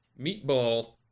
meatball